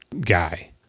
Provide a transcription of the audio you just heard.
guy